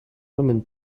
women